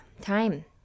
time